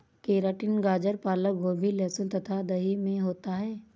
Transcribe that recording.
keratin गाजर पालक गोभी लहसुन तथा दही में होता है